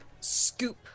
scoop